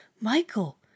Michael